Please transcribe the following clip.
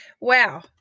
wow